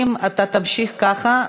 אם אתה תמשיך ככה,